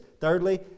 Thirdly